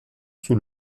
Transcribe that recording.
sous